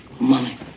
money